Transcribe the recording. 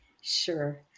Sure